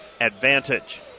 advantage